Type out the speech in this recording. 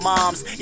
Mom's